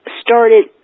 started